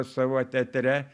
savo teatre